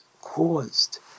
caused